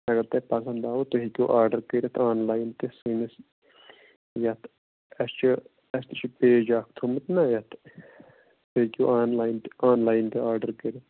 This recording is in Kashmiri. اَگر تۄہہِ پَسند آوٕ تُہۍ ہٮ۪کِو آرڈَر کٔرِتھ آن لاین تہِ سٲنِس یَتھ اَسہِ چھُ اسہِ تہِ چھُ پیج اکھ تھوٚومُت نہ اکھ تُہۍ ہٮ۪کِو آن لاین آن لاین تہِ آرڈر کٔرِتھ